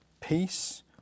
peace